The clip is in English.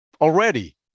already